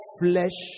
flesh